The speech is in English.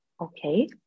Okay